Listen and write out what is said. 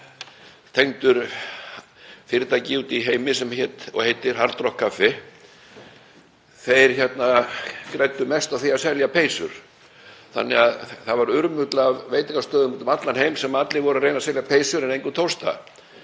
var tengdur fyrirtæki úti í heimi sem heitir Hard Rock Café. Þeir græddu mest á því að selja peysur. Það var urmull af veitingastöðum út um allan heim sem allir voru að reyna að selja peysur eru engum tókst